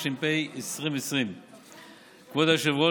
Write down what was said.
התש"ף 2020. כבוד היושב-ראש,